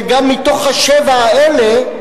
וגם מתוך השבע האלה,